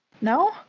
No